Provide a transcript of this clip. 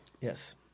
Yes